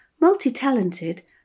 Multi-talented